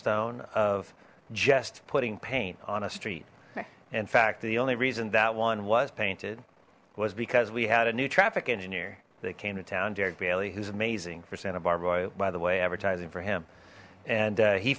stone of just putting paint on a street in fact the only reason that one was painted was because we had a new traffic engineer that came to town derek bailey who's amazing for santa barbara by the way advertising for him and